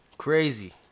crazy